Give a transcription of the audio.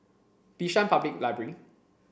Bishan Public Library